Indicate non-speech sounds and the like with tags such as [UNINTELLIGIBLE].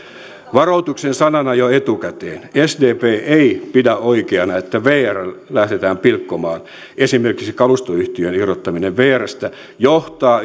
varoituksen sanana jo etukäteen sdp ei pidä oikeana että vr lähdetään pilkkomaan esimerkiksi kalustoyhtiön irrottaminen vrstä johtaa [UNINTELLIGIBLE]